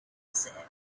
said